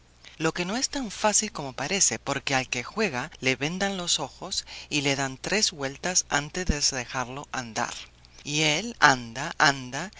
lo que no es tan fácil como parece porque al que juega le vendan los ojos y le dan tres vueltas antes de dejarlo andar y él anda anda